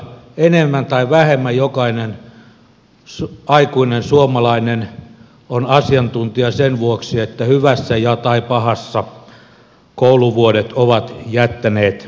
enemmän tai vähemmän jokainen aikuinen suomalainen on asiantuntija sen vuoksi että hyvässä tai pahassa kouluvuodet ovat jättäneet lähtemättömät jäljet